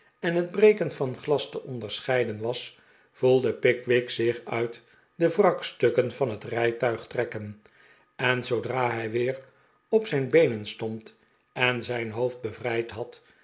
en het breken van glas te onderscheiden was voelde pickwick zich uit de wrakstukken van het rijtuig trekken en zoodra hij weer op zijn beenen stond en zijn hoofd bevrijd had